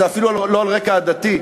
זה אפילו לא על רקע עדתי,